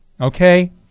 Okay